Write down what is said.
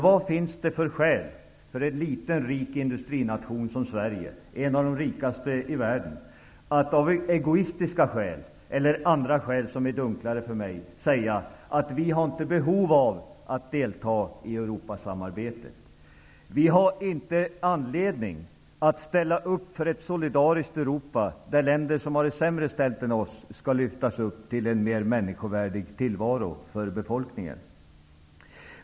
Vad finns det för skäl för en liten rik industrination som Sverige, en av de rikaste i världen, att av egoistiska eller andra skäl som är ännu dunklare för mig säga att vi inte har behov av att delta i Europasamarbetet, att vi inte har anledning att ställa upp för ett solidariskt Europa, där länder som har det sämre ställt än vi skall lyftas upp till en mer människovärdig tillvaro?